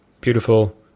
Beautiful